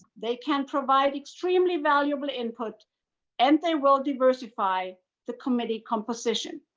they can provide extremely valuable input and they will diversify the committee composition,